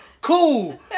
Cool